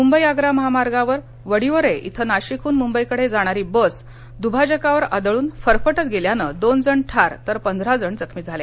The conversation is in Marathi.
मुंबई आग्रा महामार्गावर वडिवरे इथं नाशिकह्न मुंबईकडे जाणारी बस दुभाजकावर आदळून फरफटत गेल्याने दोन जण ठार तर पंधरा जण जखमी झाले